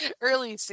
early